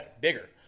bigger